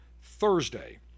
Thursday